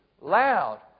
loud